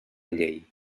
llei